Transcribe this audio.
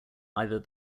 either